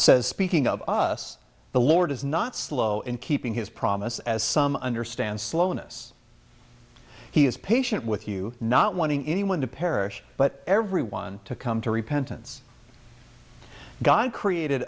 says speaking of us the lord is not slow in keeping his promise as some understand slowness he is patient with you not wanting anyone to perish but everyone to come to repentance god created